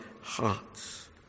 hearts